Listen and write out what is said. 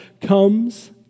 comes